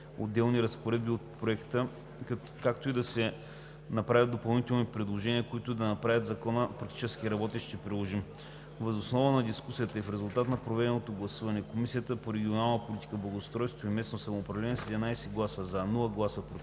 отделни разпоредби от Проекта, както и да се направят допълнителните предложения, които да направят Закона практически работещ и приложим. Въз основа на дискусията и в резултат на проведеното гласуване Комисията по регионална политика, благоустройство и местно самоуправление с 11 гласа „за“, без „против“